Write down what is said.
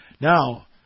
Now